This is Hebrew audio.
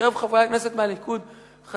לא